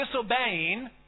disobeying